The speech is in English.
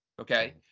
Okay